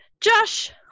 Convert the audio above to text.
josh